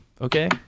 Okay